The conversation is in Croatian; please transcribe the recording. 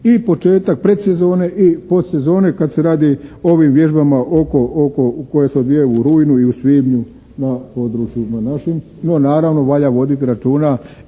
i početak predsezone i podsezone kad se radi o ovim vježbama koje se odvijaju u rujnu i u svibnju na području našem, no naravno valja voditi računa